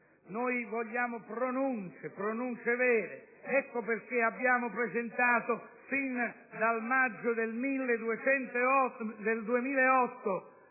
Noi vogliamo pronunce, pronunce vere. Ecco perché abbiamo presentato fin dal maggio del 2008,